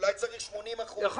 אולי צריך 80%, אולי צריך יותר?